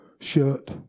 shirt